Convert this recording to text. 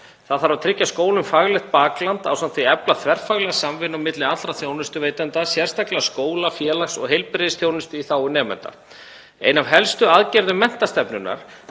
Það þarf að tryggja skólum faglegt bakland ásamt því að efla þverfaglega samvinnu milli allra þjónustuveitenda, sérstaklega skóla-, félags- og heilbrigðisþjónustu í þágu nemenda. Ein af helstu aðgerðum menntastefnunnar